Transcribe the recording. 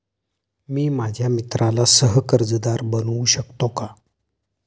मी माझ्या मित्राला सह कर्जदार बनवू शकतो का?